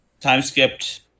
time-skipped